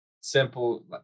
simple